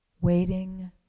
waiting